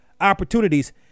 opportunities